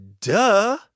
Duh